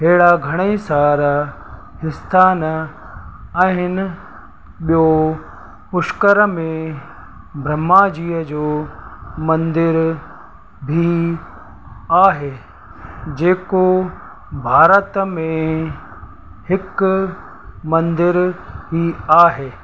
अहिड़ा घणेई सारा इस्थानु आहिनि ॿियों पुष्कर में ब्रह्माजीअ जो मंदर बि आहे जेको भारत में हिकु मंदर ई आहे